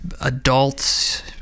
adults